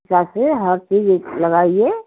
हिसाब से हर चीज़ लगाइए